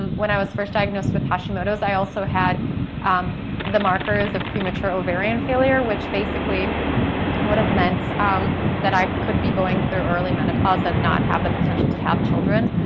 um when i was first diagnosed with hashimoto's, i also had the markers of pre-mature ovarian failure which basically would've meant um that i could be going through early menopause and not have the potential to have children.